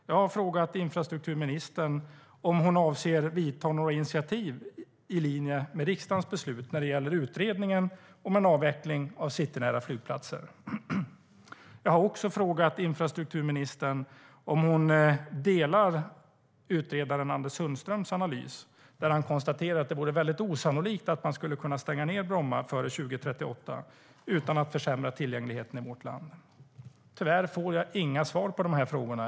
Jag har frågat infrastrukturministern om hon avser att ta några initiativ i linje med riksdagens beslut när det gäller utredningen om en avveckling av citynära flygplatser. Jag har också frågat infrastrukturministern om hon delar utredaren Anders Sundströms analys där han konstaterar att det vore väldigt osannolikt att man skulle kunna stänga Bromma före år 2038 utan att försämra tillgängligheten i vårt land. Tyvärr får jag inga svar på frågorna.